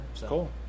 Cool